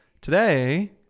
Today